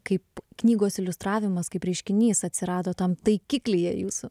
kaip knygos iliustravimas kaip reiškinys atsirado tam taikiklyje jūsų